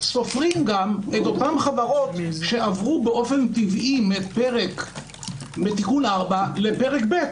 -- כי סופרים גם את אותן חברות שעברו באופן טבעי מתיקון 4 לפרק ב',